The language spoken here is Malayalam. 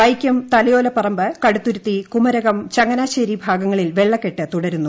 വൈക്കം തലയോലപ്പറമ്പ് കടുത്തുരുത്തി കുമരകം ചങ്ങനാശ്ശേരി ഭാഗങ്ങളിൽ വെള്ളക്കെട്ട് തുടരുന്നു